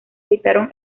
habitaron